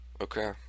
Okay